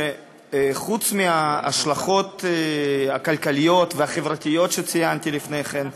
חוץ מההשלכות הכלכליות והחברתיות שציינתי לפניכם,